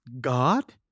God